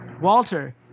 Walter